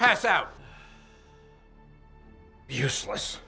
pass out useless